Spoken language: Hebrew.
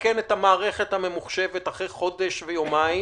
לתקן את המערכת הממוחשבת אחרי חודש ויומיים